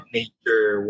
nature